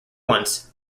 once